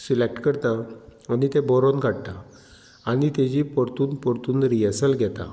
select करता आनी तें बरोवन काडटा आनी तेजी परतून परतून रियर्सल घेता